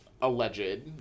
Alleged